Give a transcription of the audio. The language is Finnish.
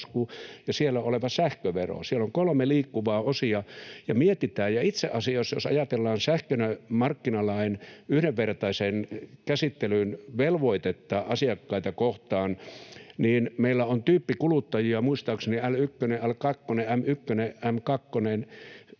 ja siellä oleva sähkövero. Siellä on kolme liikkuvaa osaa. Itse asiassa, jos ajatellaan sähkön markkinalain yhdenvertaisen käsittelyn velvoitetta asiakkaita kohtaan, meillä on tyyppikuluttajia — muistaakseni L1, L2, M1, M2,